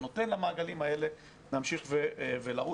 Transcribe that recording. הוא נותן למעגלים האלה להמשיך ולרוץ.